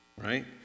right